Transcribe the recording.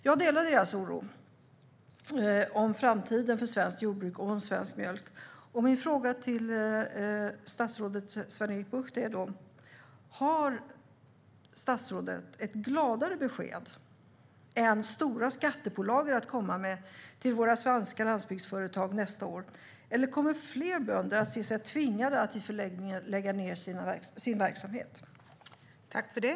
Jag delar deras oro över framtiden för svenskt jordbruk och för svensk mjölk, och min fråga till statsrådet Sven-Erik Bucht är: Har statsrådet ett gladare besked än stora skattepålagor att komma med till våra svenska landsbygdsföretag nästa år, eller kommer fler bönder att se sig tvingade att i förlängningen lägga ned sin verksamhet?